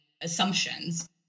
assumptions